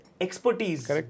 expertise